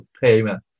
payment